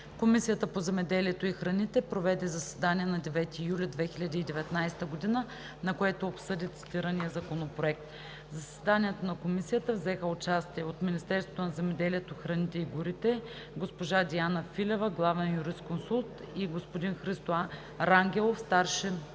Комисията по земеделието и храните проведе заседание на 9 юли 2019 г., на което обсъди цитирания законопроект. В заседанието на Комисията взеха участие – от Министерството на земеделието, храните и горите: госпожа Диана Филева – главен юрисконсулт, и Христо Рангелов – старши